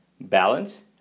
balance